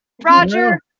roger